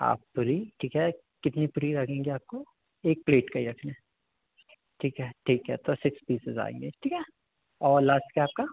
पापड़ी ठीक है कितनी आपको एक प्लेट का ठीक है ठीक है तो सिक्स पीसेस आएँगे ठीक है और लास्ट क्या है आपका